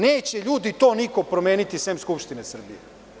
Neće, ljudi, to niko promeniti, sem Skupštine Srbije.